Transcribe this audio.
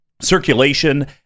circulation